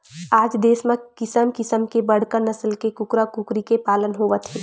आज देस म किसम किसम के बड़का नसल के कूकरा कुकरी के पालन होवत हे